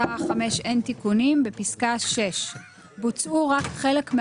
פשוט נחתכה תקרת הסעיפים של כל אחד